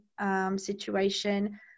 Situation